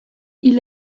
hil